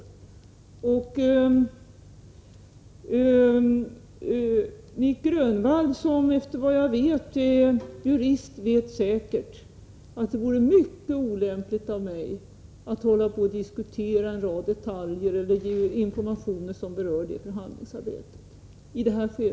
Nic Grönvall, som enligt vad jag vet är jurist, förstår säkert att det vore mycket olämpligt av mig att i det här skedet diskutera detaljer eller lämna informationer som rör förhandlingsarbetet.